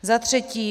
Za třetí.